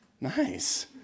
nice